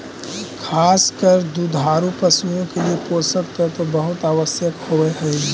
खास कर दुधारू पशुओं के लिए पोषक तत्व बहुत आवश्यक होवअ हई